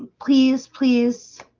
please please